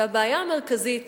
והבעיה המרכזית